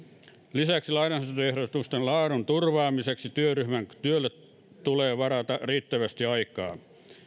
lisäksi lainsäädäntöehdotusten laadun turvaamiseksi tulee työryhmän työlle varata riittävästi aikaa